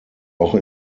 auch